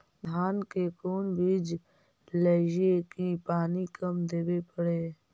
धान के कोन बिज लगईऐ कि पानी कम देवे पड़े?